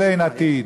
של אין עתיד.